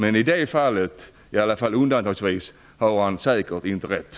Men i detta fall, förmodligen undantagsvis, har han inte rätt.